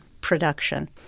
production